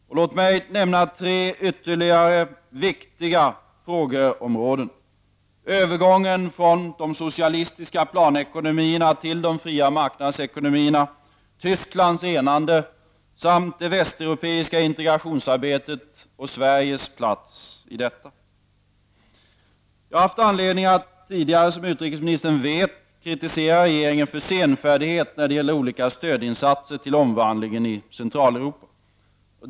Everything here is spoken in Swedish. Låt mig nämna ytterligare tre viktiga frågeområden — övergången från socialistisk planekonomi till fri marknadsekonomi, Tysklands enande samt det västeuropeiska integrationsarbetet och Sveriges plats i detta. Jag har har haft anledning, som utrikesministern vet, att tidigare kritisera regeringen för senfärdighet när det gäller olika stödinsatser till omvandlingen i Centraleuropa.